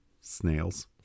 snails